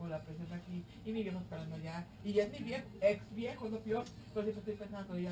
that you know you're not going to